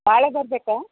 ನಾಳೆ ಬರಬೇಕಾ